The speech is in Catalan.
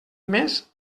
mes